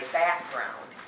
background